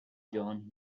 john